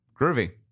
Groovy